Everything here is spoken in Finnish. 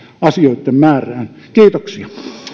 asioitten määrään kiitoksia